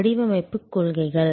வடிவமைப்பு கொள்கைகள்